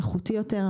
איכותי יותר.